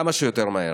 כמה שיותר מהר.